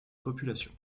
population